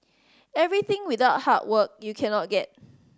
everything without hard work you cannot get